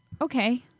Okay